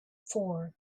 four